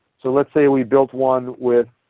so let's say we built one with